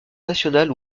national